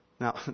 Now